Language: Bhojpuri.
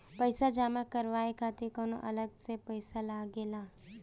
पईसा जमा करवाये खातिर कौनो अलग से पईसा लगेला?